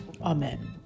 Amen